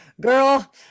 Girl